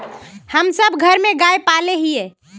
हम सब घर में गाय पाले हिये?